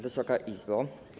Wysoka Izbo!